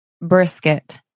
brisket